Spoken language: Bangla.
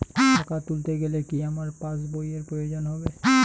টাকা তুলতে গেলে কি আমার পাশ বইয়ের প্রয়োজন হবে?